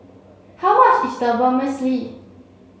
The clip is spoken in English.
how much is Vermicelli